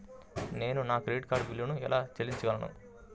నేను నా credit card బిల్లును ఎలా చెల్లించగలను?